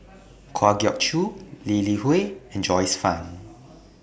Kwa Geok Choo Lee Li Hui and Joyce fan